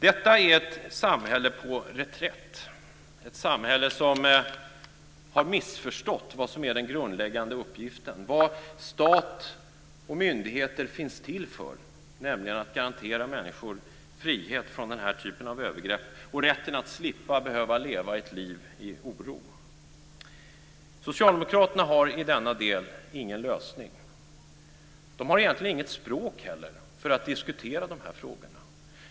Detta är ett samhälle på reträtt, ett samhälle som har missförstått den grundläggande uppgiften och vad stat och myndigheter finns till för, nämligen att garantera människor frihet från den här typen av övergrepp och rätten att slippa behöva leva ett liv i oro. Socialdemokraterna har i denna del ingen lösning. De har egentligen inget språk heller för att diskutera de här frågorna.